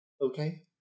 Okay